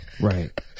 right